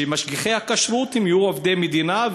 שמשגיחי הכשרות יהיו עובדי מדינה,